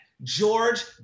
George